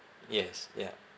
yes ya